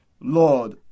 Lord